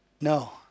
No